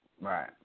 Right